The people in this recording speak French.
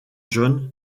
john